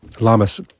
Lamas